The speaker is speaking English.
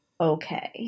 okay